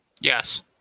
Yes